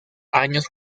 años